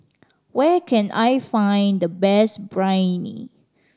where can I find the best Biryani